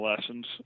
lessons